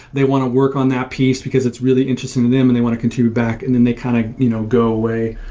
they want to work on that piece, because it's really interesting to them and they want to contribute back and then they kind of you know go away,